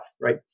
right